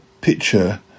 picture